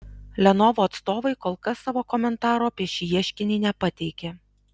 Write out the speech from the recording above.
lenovo atstovai kol kas savo komentaro apie šį ieškinį nepateikė